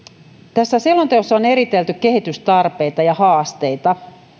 tässä selonteossa on eritelty kehitystarpeita ja haasteita